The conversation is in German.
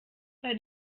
bei